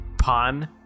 Pawn